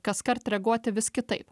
kaskart reaguoti vis kitaip